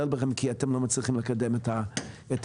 בכם כי אתם לא מצליחים לקדם את האמנה.